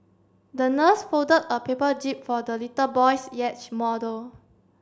the nurse folded a paper jib for the little boy's model